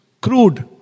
crude